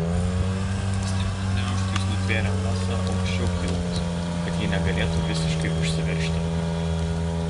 stipriu gniaužtu jis nutvėrė lasą aukščiau kilpos kad ji negalėtų visiškai užsiveržti